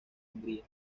hungría